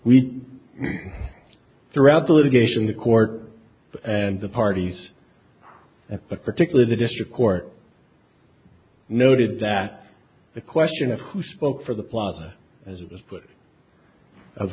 did throughout the litigation the court and the parties but particularly the district court noted that the question of who spoke for the plaza as it was put of